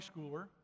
schooler